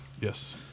Yes